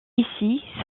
ici